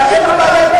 תגיד על העדה